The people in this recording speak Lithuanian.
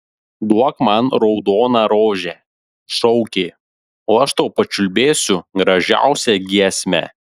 duok man raudoną rožę šaukė o aš tau pačiulbėsiu gražiausią giesmę